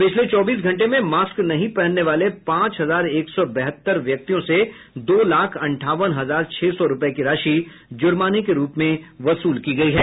पिछले चौबीस घंटे में मास्क नहीं पहनने वाले पांच हजार एक सौ बहत्तर व्यक्तियों से दो लाख अंठावन हजार छह सौ रूपये की राशि जुर्माने के रूप में वसूल की गयी है